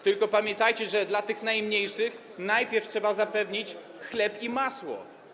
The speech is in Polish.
Tylko pamiętajcie, że dla tych najmniejszych najpierw trzeba zapewnić chleb i masło.